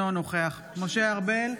אינו נוכח משה ארבל,